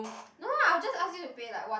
no I'll just ask you to pay like one